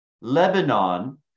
Lebanon